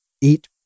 eat